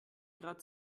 grad